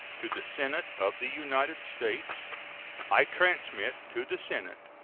to the senate of the united states i transmit to the senate,